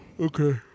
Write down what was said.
Okay